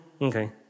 okay